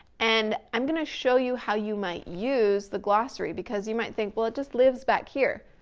and i'm gonna show you how you might use the glossary, because you might think, well, it just lives back here.